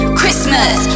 Christmas